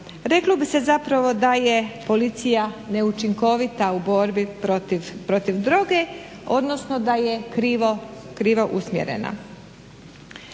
reklo bi se zapravo da je policija neučinkovita u borbi protiv droge, odnosno da je krivo usmjerena.